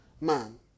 man